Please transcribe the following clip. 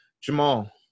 Jamal